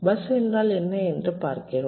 bus என்றால் என்ன என்று பார்க்கிறோம்